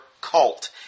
cult